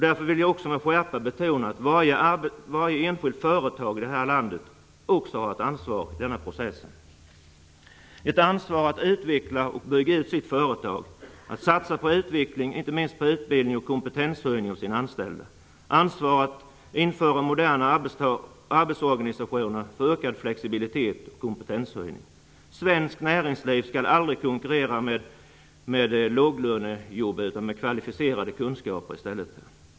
Därför vill jag också med skärpa betona att varje enskilt företag i det här landet också har ett ansvar i denna process, ett ansvar att utveckla och bygga ut sitt företag, att satsa på utveckling, inte minst på utbildning och kompetenshöjning av sina anställda, ansvar att införa moderna arbetsorganisationer för ökad flexibilitet och kompetenshöjning. Svenskt näringsliv skall aldrig konkurrera med låga löner utan med kvalificerade kunskaper.